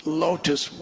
lotus